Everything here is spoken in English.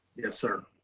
yes, sir.